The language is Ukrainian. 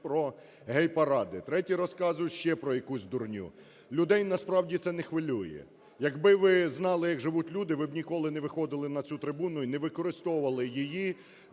про гей-паради, треті розказують ще про якусь дурню. Людей насправді це не хвилює. Якби ви знали, як живуть люди, ви б ніколи не виходили на цю трибуну і не використовували її